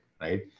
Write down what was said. right